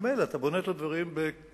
ממילא אתה בונה את הדברים בקיבוצים,